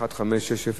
1560,